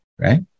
right